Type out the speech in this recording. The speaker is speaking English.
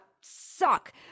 suck